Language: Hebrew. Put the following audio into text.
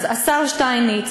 אז השר שטייניץ,